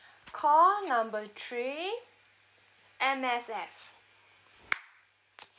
call mumble three M_S_F